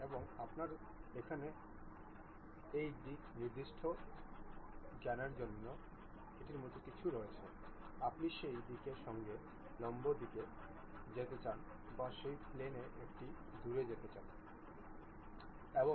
এখন আপনার এখানে দিক নির্দেশক জ্ঞানের মতো কিছু রয়েছেআপনি সেই দিকের সঙ্গে লম্ব দিকে যেতে চান বা সেই প্লেন থেকে দূরে যেতে চান